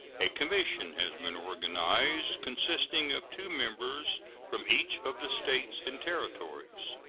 a commission has been organized, consisting of two members from each of the states and territories.